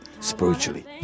spiritually